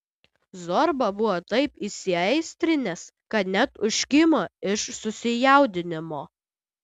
zorba buvo taip įsiaistrinęs kad net užkimo iš susijaudinimo